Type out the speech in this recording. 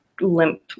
limp